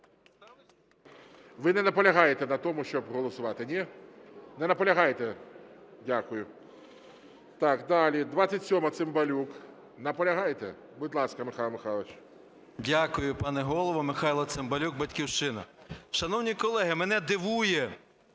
Ви не наполягаєте на тому, щоб голосувати, ні? Не наполягаєте? Дякую. Так, далі, 27-а, Цимбалюк. Наполягаєте? Будь ласка, Михайло Михайлович. 14:06:42 ЦИМБАЛЮК М.М. Дякую, пане Голово. Михайло Цимбалюк, "Батьківщина". Шановні колеги, мене дивує,